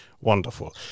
Wonderful